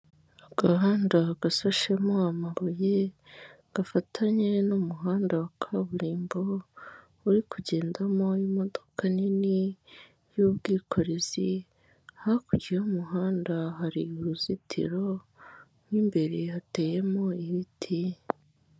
Agahanda gasashemo amabuye gafatanye n'umuhanda wa kaburimbo uri kugendamo imodoka nini y'ubwikorezi, hakurya y'umuhanda hari uruzitiro rw'imbere hateyemo ibiti.